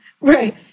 Right